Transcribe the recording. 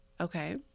Okay